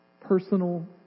Personal